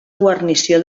guarnició